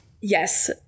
Yes